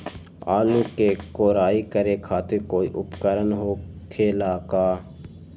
आलू के कोराई करे खातिर कोई उपकरण हो खेला का?